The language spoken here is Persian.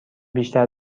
بیشتر